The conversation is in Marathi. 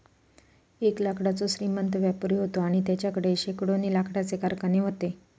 एक लाकडाचो श्रीमंत व्यापारी व्हतो आणि तेच्याकडे शेकडोनी लाकडाचे कारखाने व्हते